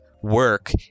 work